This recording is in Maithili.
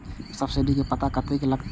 सब्सीडी के पता कतय से लागत?